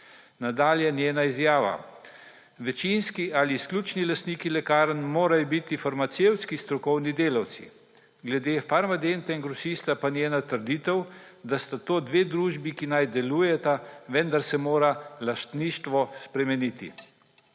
Nadalje njena izjava: »Večinski ali izključni lastniki lekarn morajo biti farmacevtski strokovni delavci.« Glede Farmadenta in Grosista pa njena trditev, da sta to dve družbi, ki naj delujeta, vendar se mora lastniško spremeniti.